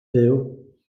fyw